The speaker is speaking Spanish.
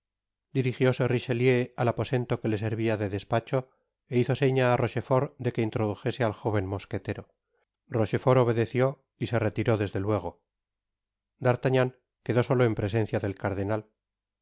dirigióse richelieu al aposen o que le servia de despacho é hizo seña á rochefort de que introdujese al jóven mosquetero rochefort obedeció y se retiró desde luego d'artagnan quedó solo en presencia det cardenal